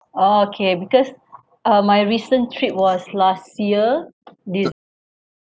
oh okay because uh my recent trip was last year de~